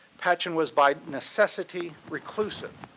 patchen was by necessity reclusive,